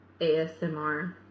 ASMR